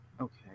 okay